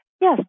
Yes